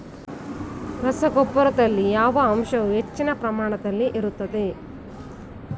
ರಸಗೊಬ್ಬರದಲ್ಲಿ ಯಾವ ಅಂಶವು ಹೆಚ್ಚಿನ ಪ್ರಮಾಣದಲ್ಲಿ ಇರುತ್ತದೆ?